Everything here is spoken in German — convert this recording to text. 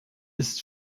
ist